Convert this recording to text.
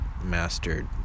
mastered